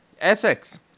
Essex